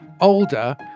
older